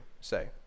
say